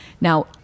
Now